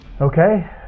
Okay